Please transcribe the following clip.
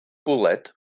bwled